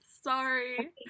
Sorry